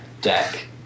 deck